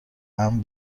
امن